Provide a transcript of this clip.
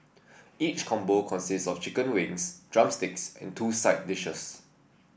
each combo consists of chicken wings drumsticks and two side dishes